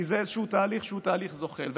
כי זה איזשהו תהליך שהוא תהליך זוחל.